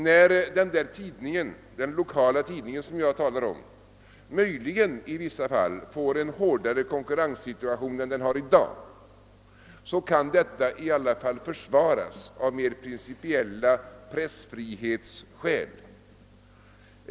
När den där lilla lokaltidningen som jag talar om möjligen får en hårdare konkurrenssituation än den har i dag, kan detta ändå försvaras med mer principiella pressfrihetsskäl.